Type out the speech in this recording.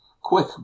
quick